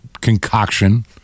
concoction